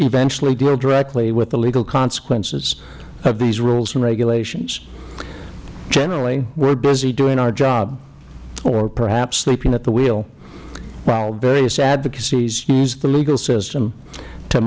eventually deal directly with the legal consequences of these rules and regulations generally we are busy doing our job or perhaps sleeping at the wheel while various advocacies use the legal system to